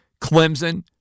Clemson